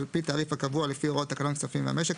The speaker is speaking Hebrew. על פי תעריף הקבוע לפי הוראות תקנון כספים ומשק,